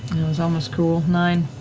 was almost cool, nine.